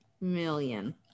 million